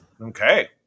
Okay